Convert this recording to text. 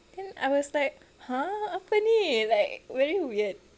then I was like !huh! apa ni like very weird